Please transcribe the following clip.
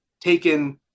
taken